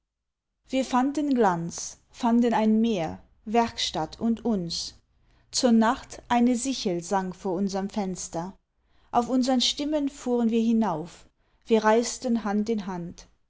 wir fanden glanz fanden ein meer werkstatt und uns zur nacht eine sichel sang vor unserm fenster auf unsern stimmen fuhren wir hinauf wir reisten hand in hand